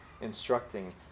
instructing